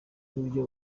uburyo